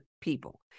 people